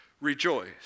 Rejoice